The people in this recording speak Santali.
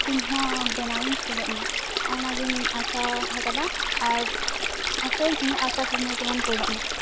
ᱤᱧᱦᱚᱸ ᱵᱮᱱᱟᱣᱤᱧ ᱪᱮᱫᱚᱜ ᱢᱟ ᱚᱱᱟᱜᱮᱧ ᱟᱥᱟ ᱦᱟᱠᱟᱫᱟ ᱟᱨ ᱟᱥᱟᱭᱟᱹᱧ ᱤᱧᱟᱹᱜ ᱟᱥᱟ ᱠᱩᱠᱢᱩ ᱡᱮᱢᱚᱱ ᱯᱩᱨᱟᱹᱜ ᱢᱟ